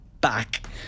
back